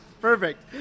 Perfect